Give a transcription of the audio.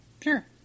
Sure